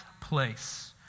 place